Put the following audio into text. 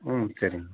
ம் சரிங்க